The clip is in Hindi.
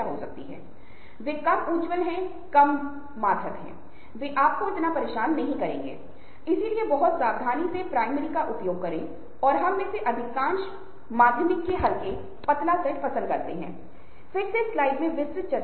तो आपके पास blog forum photo sharing social gaming video sharing virtual world हैं ये ऐसे उदाहरण हैं जिनके बारे में हम पहले ही बात कर चुके हैं